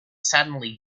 suddenly